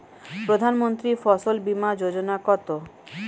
প্রধানমন্ত্রী ফসল বীমা যোজনা কি?